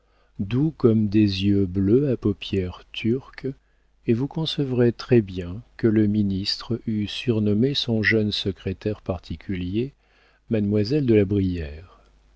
doux comme des yeux bleus à paupières turques et vous concevrez très bien que le ministre eût surnommé son jeune secrétaire particulier mademoiselle de la brière